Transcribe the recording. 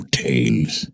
tales